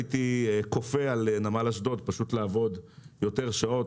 הייתי כופה על נמל אשדוד פשוט לעבוד יותר שעות,